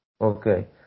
Okay